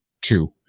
two